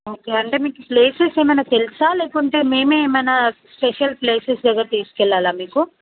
okay అంటే మీకు places ఏమన్నా తెలుసా లేకుంటే మేమే ఏమన్నా స్పెషల్ ప్లేసెస్ దగ్గరికి తీసుకెళ్ళాలా మీకు